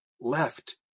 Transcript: left